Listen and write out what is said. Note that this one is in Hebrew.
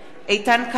איתן כבל,